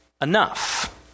enough